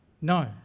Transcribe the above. No